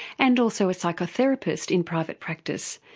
and also a psychotherapist in private practice.